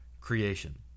creation